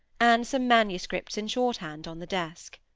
and some manuscripts in short-hand on the desk.